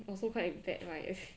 also quite bad right